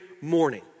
morning